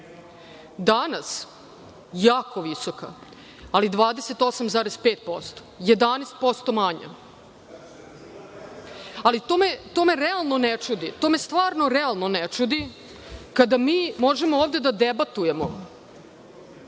Danas, jako visoka, ali 28,5%, 11% manje. Ali, to me realno ne čudi, to me stvarno realno ne čudi kada mi možemo ovde da debatujemo,